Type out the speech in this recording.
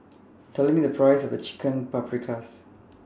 Tell Me The Price of Chicken Paprikas